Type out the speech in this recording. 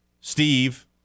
Steve